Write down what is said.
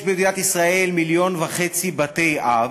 יש במדינת ישראל מיליון וחצי בתי-אב.